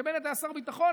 כשבנט היה שר ביטחון,